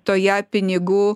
toje pinigų